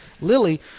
lily